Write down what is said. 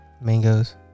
mangoes